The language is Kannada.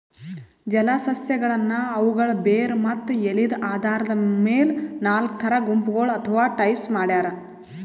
ಜಲಸಸ್ಯಗಳನ್ನ್ ಅವುಗಳ್ ಬೇರ್ ಮತ್ತ್ ಎಲಿದ್ ಆಧಾರದ್ ಮೆಲ್ ನಾಲ್ಕ್ ಥರಾ ಗುಂಪಗೋಳ್ ಅಥವಾ ಟೈಪ್ಸ್ ಮಾಡ್ಯಾರ